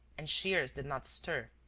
and shears did not stir,